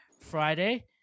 friday